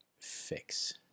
fix